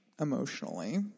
emotionally